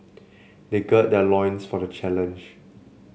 they gird their loins for the challenge